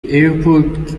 airport